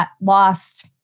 lost